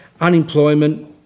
unemployment